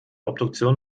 obduktion